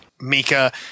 Mika